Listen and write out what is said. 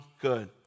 good